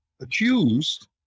accused